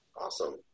Awesome